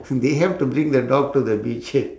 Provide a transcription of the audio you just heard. they have to bring the dog to the beach